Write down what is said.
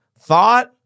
thought